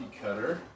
cutter